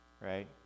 right